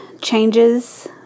changes